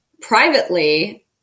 privately